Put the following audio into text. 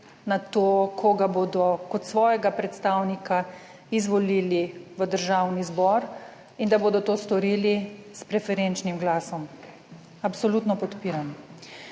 na to, koga bodo kot svojega predstavnika izvolili v Državni zbor in da bodo to storili s preferenčnim glasom, absolutno podpiram.